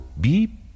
Beep